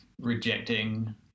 rejecting